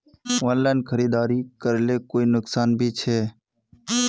Online खरीदारी करले कोई नुकसान भी छे?